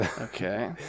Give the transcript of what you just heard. Okay